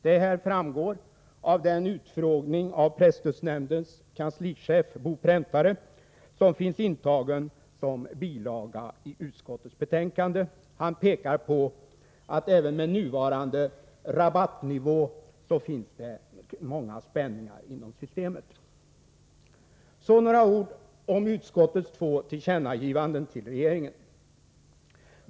Detta framgår av en utfrågning av presstödsnämndens kanslichef Bo Präntare som finns intagen som bilaga i utskottets betänkande. Han pekar på att även med nuvarande rabattnivå finns det många spänningar inom systemet. Så några ord om utskottets två tillkännagivanden till regeringen.